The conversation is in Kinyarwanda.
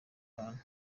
bantu